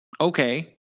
okay